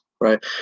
Right